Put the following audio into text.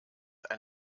ein